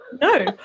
No